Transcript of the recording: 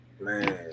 man